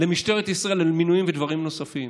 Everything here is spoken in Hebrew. למשטרת ישראל על מינויים ודברים נוספים,